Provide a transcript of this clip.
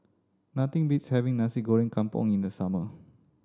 nothing beats having Nasi Goreng Kampung in the summer